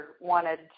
wanted